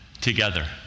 together